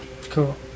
Cool